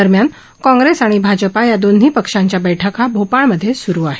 दरम्यान काँग्रेस आणि भाजपा या दोन्ही पक्षांच्या बैठका भोपाळमधे स्रु आहेत